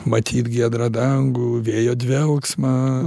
matyt giedrą dangų vėjo dvelksmą